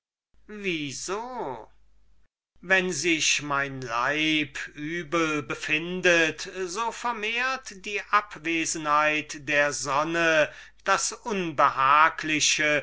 wie so agathon wenn sich mein leib übel befindet so vermehrt die abwesenheit der sonne das unbehagliche